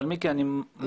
אבל מיקי אני מציע,